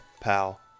pal